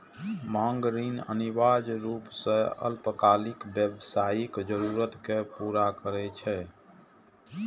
मांग ऋण अनिवार्य रूप सं अल्पकालिक व्यावसायिक जरूरत कें पूरा करै छै